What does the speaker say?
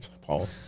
Paul